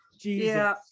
Jesus